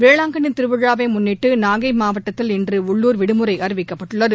வேளாங்கன்னி திருவிழாவிவை முன்னிட்டு நாகை மாவட்டத்தில் இன்று உள்ளூர் விடுமுறை அறிவிக்கப்பட்டுள்ளது